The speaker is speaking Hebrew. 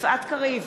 יפעת קריב,